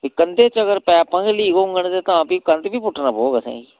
ते कंधै च अगर पैपां गै लीक होङन ते तां भी कंध बी पुट्टना पौह्ग असें ई